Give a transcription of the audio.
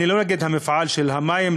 אני לא נגד המפעל של המים,